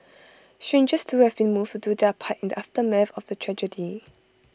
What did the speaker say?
strangers too have been moved to do their part in the aftermath of the tragedy